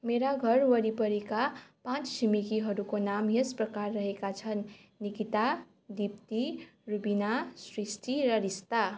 मेरा घर वरिपरिका पाँच छिमेकीहरूको नाम यस प्रकार रहेका छन् निकिता दिप्ती रुबिना सृष्टि र रिस्ता